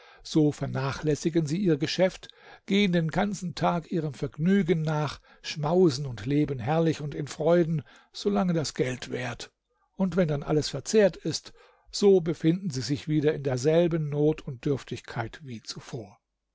so vernachlässigen sie ihr geschäft gehen den ganzen tag ihrem vergnügen nach schmausen und leben herrlich und in freuden solange das geld währt und wenn dann alles verzehrt ist so befinden sie sich wieder in derselben not und dürftigkeit wie zuvor